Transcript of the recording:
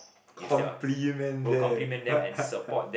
compliment them